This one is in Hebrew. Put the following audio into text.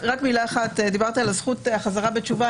דיברת על הזכות של חזרה בתשובה,